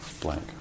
blank